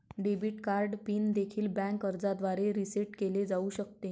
debit card PIN देखील bank अर्जाद्वारे reset केले जाऊ शकते